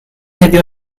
heddiw